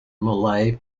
malay